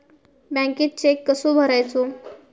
बँकेत चेक कसो भरायचो?